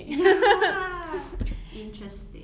ya interesting